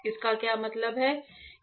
इसका क्या मतलब है